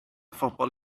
phobl